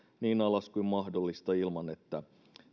niin alas kuin mahdollista ilman että